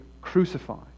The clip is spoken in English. crucified